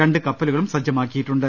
രണ്ട് കപ്പലുകളും സജ്ജമാക്കിയിട്ടുണ്ട്